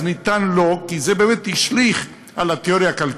אז ניתן לו פרס נובל לכלכלה,